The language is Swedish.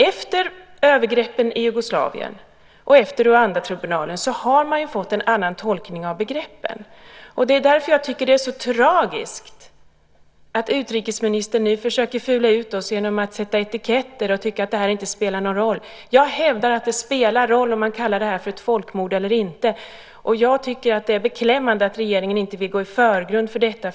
Efter övergreppen i Jugoslavien och efter Rwandatribunalen har man ju fått en annan tolkning av begreppen. Det är därför jag tycker att det är så tragiskt att utrikesministern nu försöker fula ut oss genom att sätta etiketter och tycka att det här inte spelar någon roll. Jag hävdar att det spelar roll om man kallar det här för ett folkmord eller inte, och jag tycker att det är beklämmande att regeringen inte vill stå i förgrunden för detta.